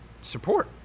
Support